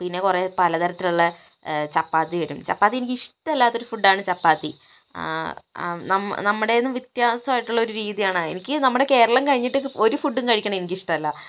പിന്നെ കുറേ പലതരത്തിലുള്ള ചപ്പാത്തി വരും ചപ്പാത്തി എനിക്കിഷ്ടമല്ലാത്തൊരു ഫുഡ്ഡാണ് ചപ്പാത്തി നമ്മ നമ്മുടേതിൽ നിന്നു വ്യത്യാസമായിട്ടുള്ളൊരു രീതിയാണ് എനിക്ക് നമ്മുടെ കേരളം കഴിഞ്ഞിട്ട് ഒരു ഫുഡ്ഡും കഴിക്കണ എനിക്കിഷ്ടവല്ല